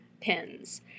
pins